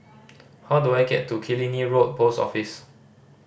how do I get to Killiney Road Post Office